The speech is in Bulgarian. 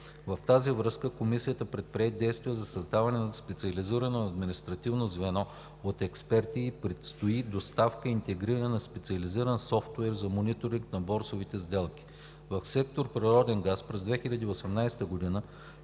В тази връзка Комисията предприе действия за създаване на специализирано административно звено от експерти и предстои доставка и интегриране на специализиран софтуер за мониторинг на борсовите сделки. В сектор „Природен газ“ през 2018 г.